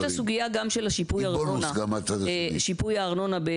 יש גם סוגיה של שיפוי הארנונה.